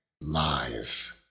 lies